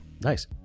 Nice